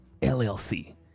LLC